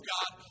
God